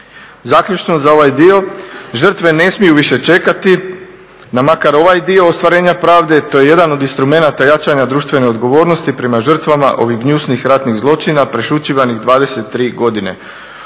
Zaključno za ovaj dio, žrtve ne smiju više čekati na makar ovaj dio ostvarenja pravde to je jedan od instrumenata jačanja društvene odgovornosti prema žrtvama ovih gnjusnih ratnih zločina prešućivanih 23 godine.